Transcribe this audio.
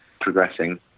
progressing